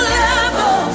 level